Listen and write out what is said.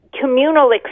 communal